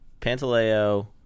Pantaleo